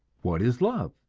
what is love,